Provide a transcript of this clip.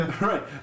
Right